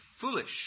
foolish